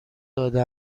داده